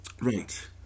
Right